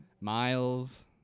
Miles